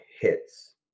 hits